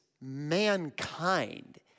mankind